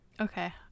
Okay